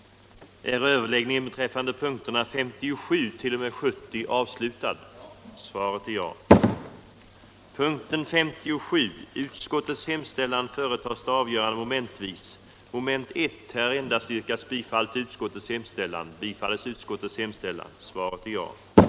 den det ej vill röstar nej. den det ej vill röstar nej. Enhetlig bullerlagstiftning Enhetlig bullerlag